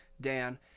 Dan